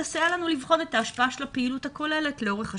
תסייע לנו לבחון את ההשפעה של הפעילות הכוללת לאורך השנים.